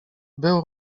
był